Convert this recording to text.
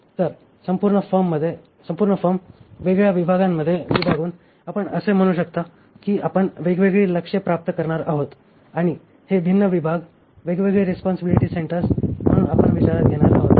तर संपूर्ण फर्म वेगळ्या विभागांमध्ये विभागून आपण असे म्हणू शकता की आपण वेगवेगळी लक्ष्ये प्राप्त करणार आहोत आणि हे भिन्न विभाग वेगवेगळी रिस्पॉन्सिबिलिटी सेंटर्स म्हणून आपण विचारात घेणार आहोत